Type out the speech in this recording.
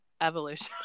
Evolution